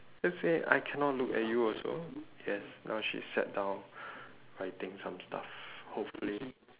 just say I cannot look at you also yes now she sat down writing some stuff hopefully